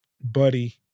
buddy